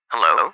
Hello